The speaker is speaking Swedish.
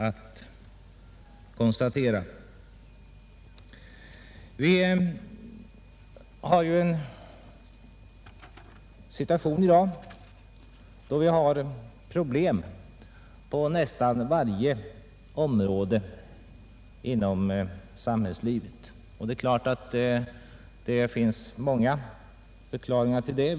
Vi har i dag en situation där det förekommer problem på nästan varje område av samhällslivet. Det finns självfallet många förklaringar till detta.